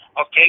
Okay